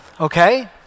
Okay